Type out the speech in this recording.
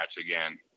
again